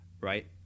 Right